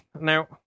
now